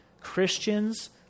Christians